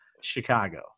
Chicago